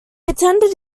attended